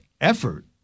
effort